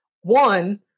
One